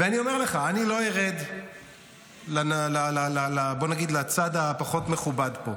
ואני אומר לך, אני לא ארד לצד הפחות מכובד פה.